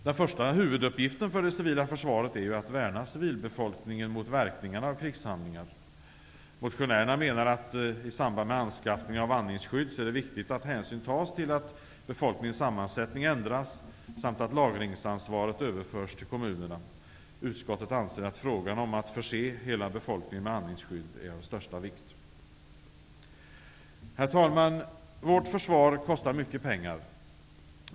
Den första huvuduppgiften för de civila försvaret är att värna civilbefolkningen mot verkningarna av krigshandlingar. Motionärerna menar att det i samband med anskaffningen av andningsskydd är viktigt att hänsyn tas till att befolkningens sammansättning ändras samt att lagringsansvaret överförs till kommunerna. Utskottet anser att frågan om att förse hela befolkningen med andningsskydd är av största vikt. Herr talman! Vårt försvar kostar mycket pengar.